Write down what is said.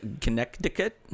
Connecticut